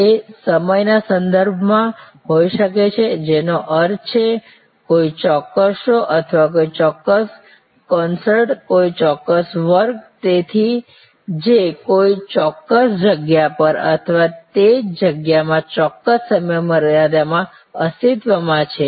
તે સમયના સંદર્ભમાં હોઈ શકે છે જેનો અર્થ છે કોઈ ચોક્કસ શો અથવા કોઈ ચોક્કસ કોન્સર્ટ કોઈ ચોક્કસ વર્ગ તેથી જે કોઈ ચોક્કસ જગ્યા પર અથવા તે જ જગ્યામાં ચોક્કસ સમયમર્યાદામાં અસ્તિત્વમાં છે